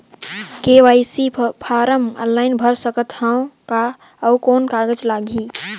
KYC फारम online भर सकत हवं का? अउ कौन कागज लगही?